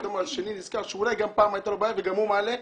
פתאום השני נזכר שאולי גם פעם הייתה לו בעיה וגם הוא מעלה,